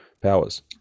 powers